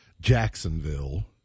Jacksonville